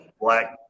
black